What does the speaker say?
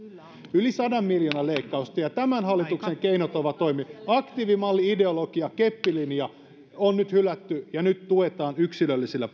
yli sadan miljoonan leikkausta ja tämän hallituksen keinot ovat aktiivimalli ideologia keppilinja on nyt hylätty ja nyt tuetaan yksilöllisillä